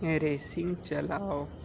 ये रेसिंग चलाओ